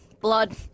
blood